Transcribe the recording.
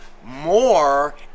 more